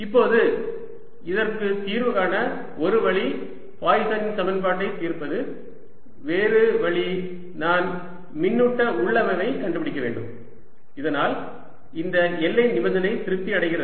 இப்போது இதற்கு தீர்வு காண ஒரு வழி பாய்சனின் சமன்பாட்டைத் தீர்ப்பது வேறு வழி நான் மின்னூட்ட உள்ளமைவைக் கண்டுபிடிக்க முடியும் இதனால் இந்த எல்லை நிபந்தனை திருப்தி அடைகிறது